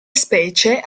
specie